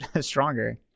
stronger